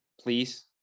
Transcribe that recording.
Please